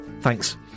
Thanks